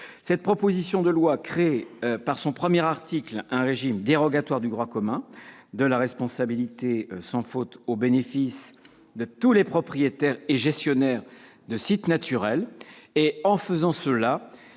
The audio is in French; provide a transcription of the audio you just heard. Cette proposition de loi crée, par son article 1, un régime dérogatoire du droit commun de la responsabilité sans faute au bénéfice de tous les propriétaires et gestionnaires de sites naturels. Ce faisant, elle